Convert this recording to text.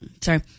Sorry